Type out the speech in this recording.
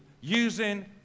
using